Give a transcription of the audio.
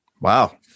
Wow